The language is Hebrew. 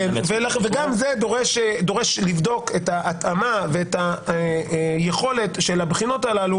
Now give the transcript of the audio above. זה דבר שדורש בדיקה של ההתאמה והיכולת של הבחינות הללו